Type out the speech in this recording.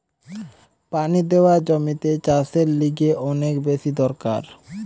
পানি দেওয়া জমিতে চাষের লিগে অনেক বেশি দরকার